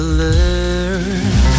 learn